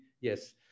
yes